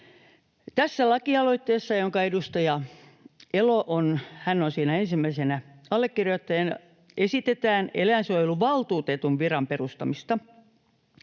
Tässä lakialoitteessa, jossa edustaja Elo on ensimmäisenä allekirjoittajana, esitetään eläinsuojeluvaltuutetun viran perustamista.